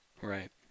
Right